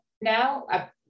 now